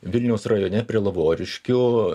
vilniaus rajone prie lavoriškių